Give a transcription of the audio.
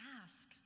ask